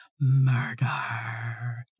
murder